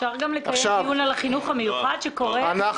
אפשר גם לקיים דיון על החינוך המיוחד, שקורס?